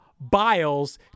Biles